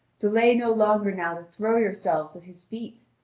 delay no longer now to throw yourselves at his feet!